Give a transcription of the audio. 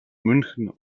münchen